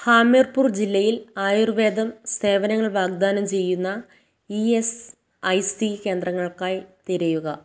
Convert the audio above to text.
ഹാമിർപൂർ ജില്ലയിൽ ആയുർവേദം സേവനങ്ങൾ വാഗ്ദാനം ചെയ്യുന്ന ഇ എസ് ഐ സി കേന്ദ്രങ്ങൾക്കായി തിരയുക